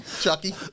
Chucky